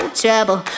trouble